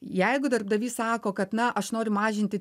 jeigu darbdavys sako kad na aš noriu mažinti